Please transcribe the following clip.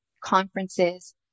conferences